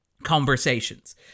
conversations